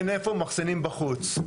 אין איפה, מאחסנים בחוץ.